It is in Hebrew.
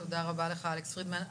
תודה רבה לך, אלכס פרידמן.